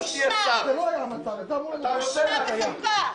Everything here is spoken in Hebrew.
בושה וחרפה.